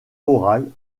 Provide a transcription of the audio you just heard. orale